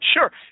Sure